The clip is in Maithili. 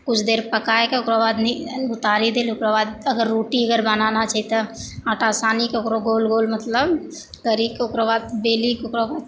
कुछ देर पकाकऽ ओकरा बाद मतलब उतारी देल ओकरा बाद अगर रोटी अगर बनाना छै तऽ आटा सानिकऽ ओकरो गोल गोल मतलब करिकऽ ओकरा बाद बेलिकऽ ओकरा बाद